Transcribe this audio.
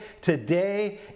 Today